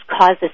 causes